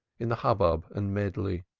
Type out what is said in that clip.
in the hubbub and medley.